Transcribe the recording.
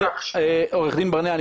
עורך דין ברנע,